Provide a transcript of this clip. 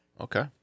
Okay